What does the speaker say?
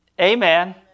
Amen